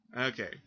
Okay